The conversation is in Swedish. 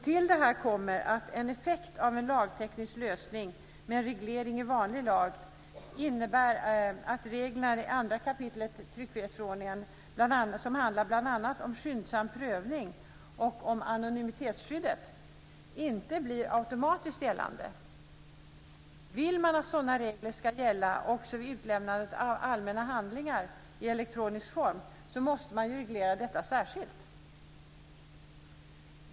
Till detta kommer att en effekt av en lagteknisk lösning med en reglering i vanlig lag innebär att reglerna i 2 kap. tryckfrihetsförordningen, som bl.a. handlar om skyndsam prövning och om anonymitetsskyddet, inte blir automatiskt gällande. Vill man att sådana regler ska gälla också vid utlämnandet av allmänna handlingar i elektronisk form måste man reglera detta särskilt.